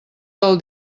del